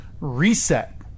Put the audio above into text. Reset